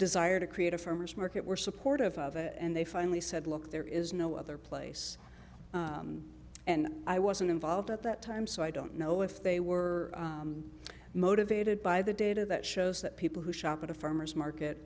desire to create a farmer's market were supportive of it and they finally said look there is no other place and i wasn't involved at that time so i don't know if they were motivated by the data that shows that people who shop at a farmer's market